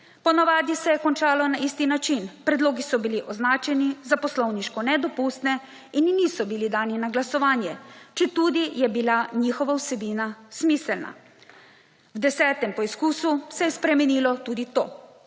Po navadi se je končalo na isti način, predlogi so bili označeni za poslovniško nedopustno in niso bili dani na glasovanje četudi je bila njihova vsebina smiselna. V 10 poizkusu se je spremenilo tudi to.